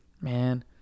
man